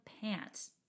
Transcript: pants